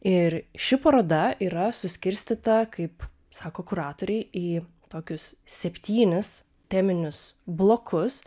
ir ši paroda yra suskirstyta kaip sako kuratoriai į tokius septynis teminius blokus